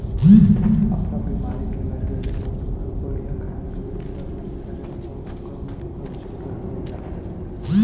अफरा बेमारी के लगे ले पसू हर बड़िहा खाए पिए बर नइ करे अउ ओखर मूंह हर झूरा होय जाथे